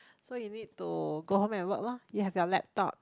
so you need to go home and work lor you have your laptop